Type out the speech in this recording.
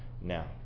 now